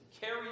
Carry